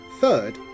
Third